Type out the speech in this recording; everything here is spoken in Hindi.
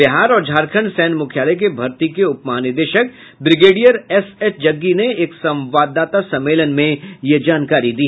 बिहार और झारखण्ड सैन्य मुख्यालय के भर्ती के उप महानिदेशक ब्रिगेडियर एस एच जग्गी ने एक संवाददाता सम्मेलन में जानकारी दी